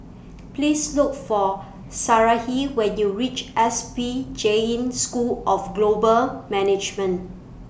Please Look For Sarahi when YOU REACH S P Jain School of Global Management